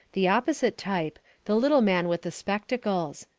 the opposite type, the little man with the spectacles.